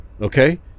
okay